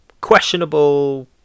questionable